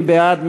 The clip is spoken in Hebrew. מי בעד?